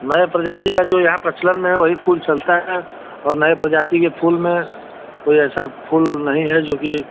नए प्रजाति का जो यहाँ प्रचलन में है वही फूल चलता है और नए प्रजाति के फूल में कोई ऐसा फूल नहीं है जो की